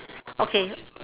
okay